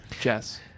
Jess